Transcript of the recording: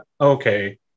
okay